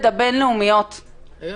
ללכת לבנקים לקחת הלוואות על מה?